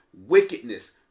wickedness